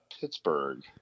Pittsburgh